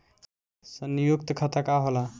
सयुक्त खाता का होला?